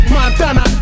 Montana